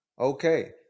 okay